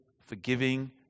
forgiving